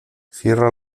cierra